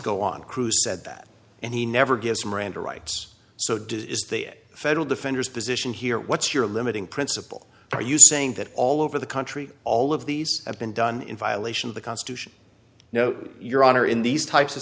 go on cruz said that and he never gives miranda rights so does the federal defenders position here what's your limiting principle are you saying that all over the country all of these have been done in violation of the constitution you know your honor in these types of